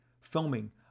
filming